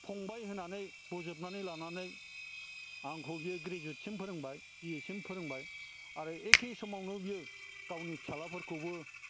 फंबाय होननानै बोजबनानै लानानै आंखौ बियो ग्रेजुयेडसिम फोरोंबाय बिएसिम फोरोंबाय आरो एखे समावनो बियो गावनि फिसालाफोरखौबो